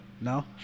No